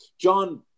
John